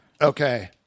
Okay